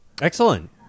excellent